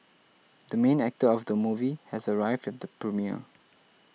the main actor of the movie has arrived at the premiere